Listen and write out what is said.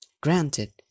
Granted